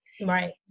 Right